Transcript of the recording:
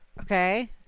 Okay